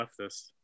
leftist